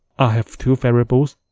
i have two variables,